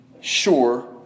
sure